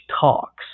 talks